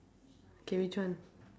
K which one